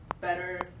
better